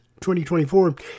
2024